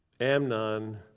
Amnon